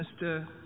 Mr